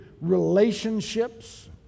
relationships